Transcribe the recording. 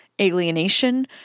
alienation